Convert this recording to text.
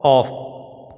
off